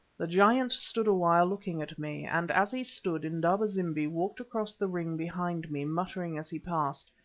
the giant stood awhile looking at me, and, as he stood, indaba-zimbi walked across the ring behind me, muttering as he passed,